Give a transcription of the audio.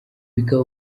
bikaba